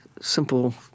simple